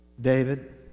David